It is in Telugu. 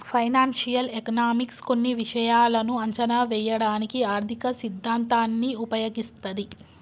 ఫైనాన్షియల్ ఎకనామిక్స్ కొన్ని విషయాలను అంచనా వేయడానికి ఆర్థిక సిద్ధాంతాన్ని ఉపయోగిస్తది